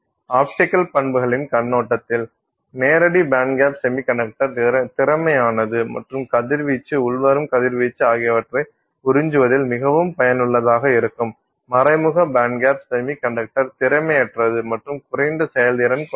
optical பண்புகளின் கண்ணோட்டத்தில் நேரடி பேண்ட்கேப் செமிகண்டக்டர் திறமையானது மற்றும் கதிர்வீச்சு உள்வரும் கதிர்வீச்சு ஆகியவற்றை உறிஞ்சுவதில் மிகவும் பயனுள்ளதாக இருக்கும் மறைமுக பேண்ட்கேப் செமிகண்டக்டர் திறமையற்றது மற்றும் குறைந்த செயல்திறன் கொண்டது